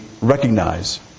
recognize